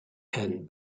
and